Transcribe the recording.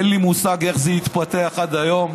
אין לי מושג איך זה התפתח עד היום,